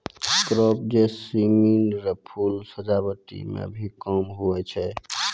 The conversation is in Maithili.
क्रेप जैस्मीन रो फूल सजावटी मे भी काम हुवै छै